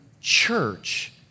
church